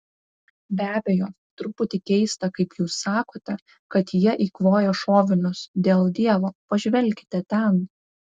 be abejo truputį keista kaip jūs sakote kad jie eikvoja šovinius dėl dievo pažvelkite ten